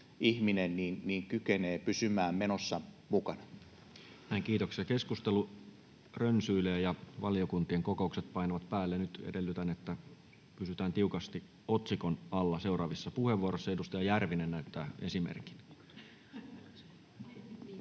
Time: 13:22 Content: Näin, kiitoksia. — Keskustelu rönsyilee, ja valiokuntien kokoukset painavat päälle. Nyt edellytän, että pysytään tiukasti otsikon alla seuraavissa puheenvuoroissa. — Edustaja Järvinen näyttää esimerkin.